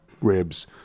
ribs